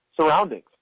surroundings